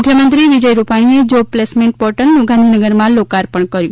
મુખ્યમંત્રી વિજય રૂપાણીએ job placement પોર્ટલનું ગાંધીનગરમાં લોકાર્પણ કર્યું